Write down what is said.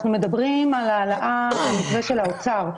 אנחנו מדברים על העלאה במתווה של האוצר,